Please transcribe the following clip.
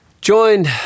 Joined